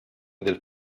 del